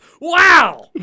Wow